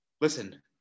Listen